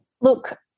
Look